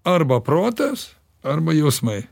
arba protas arba jausmai